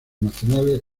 nacionales